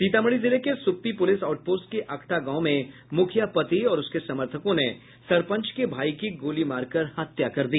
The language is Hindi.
सीतामढ़ी जिले के सुप्पी पुलिस आउटपोस्ट के अखटा गांव में मुखिया पति और उसके समर्थकों ने सरपंच के भाई की गोली मारकर हत्या कर दी